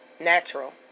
natural